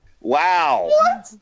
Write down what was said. Wow